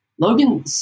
Logan